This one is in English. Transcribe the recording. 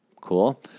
Cool